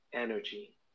energy